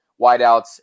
wideouts